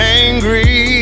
angry